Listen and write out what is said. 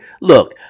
look –